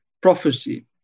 prophecy